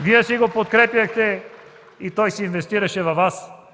Вие си го подкрепяхте и той си инвестираше във Вас.